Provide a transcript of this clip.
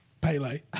Pele